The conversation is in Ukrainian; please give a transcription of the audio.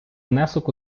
внесок